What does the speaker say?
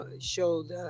showed